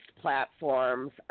platforms